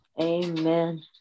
Amen